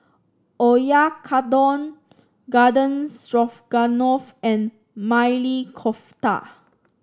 Oyakodon Garden Stroganoff and Maili Kofta